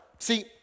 See